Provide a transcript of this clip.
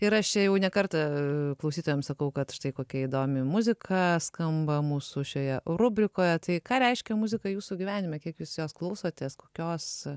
ir aš čia jau ne kartą klausytojam sakau kad štai kokia įdomi muzika skamba mūsų šioje rubrikoje tai ką reiškia muzika jūsų gyvenime kiek jūs jos klausotės kokios